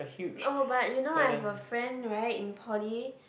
oh but you know I have a friend right in Poly